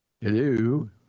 hello